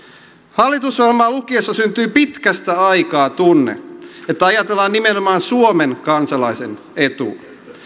hallitusohjelmaa lukiessa syntyy pitkästä aikaa tunne että ajatellaan nimenomaan suomen kansalaisen etuja